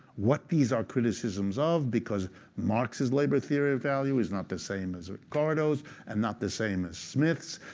what these are criticisms of, because marx's labor theory of value is not the same as ricardo's and not the same as smith's,